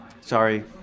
Sorry